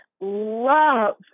love